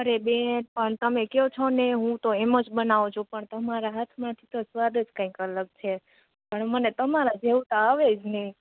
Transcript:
અરે બેન પણ તમે કયો છોનેહુંતો એમજ બનાવું છું પણ તમારા હાથમાંથી તો સ્વાદ જ કાંઇક અલગ છે પણ મને તમારા જેવુ તો આવેજ નઇ